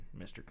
Mr